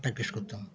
practice করতাম